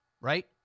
right